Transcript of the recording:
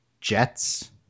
Jets